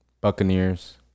Buccaneers